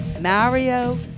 mario